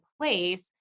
place